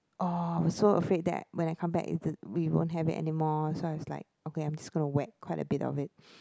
oh so afraid that when I come back t~ we won't have it anymore so I was like okay I'm gonna whack quite a bit of it